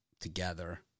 together